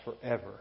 forever